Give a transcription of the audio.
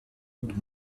und